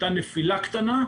הייתה נפילה קטנה,